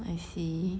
I see